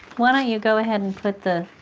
why don't you go ahead and put the,